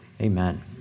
Amen